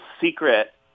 secret